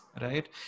right